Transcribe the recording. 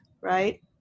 Right